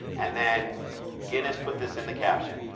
and then guinness put this in the caption,